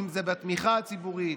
אם זה בתמיכה הציבורית,